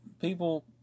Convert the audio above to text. People